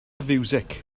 fiwsig